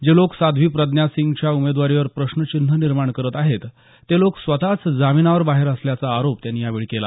जे लोक साध्वी प्रज्ञा सिंगच्या उमेदवारीवर प्रश्नचिन्ह निर्माण करत आहे ते लोक स्वतच जामीनावर बाहेर असल्याचा आरोपही त्यांनी यावेळी केला